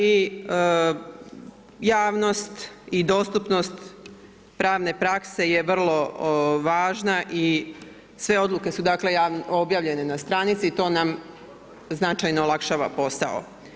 I javnost i dostupnost pravne prakse je vrlo važna i sve odluke su, dakle objavljene na stranici i to nam značajno olakšava posao.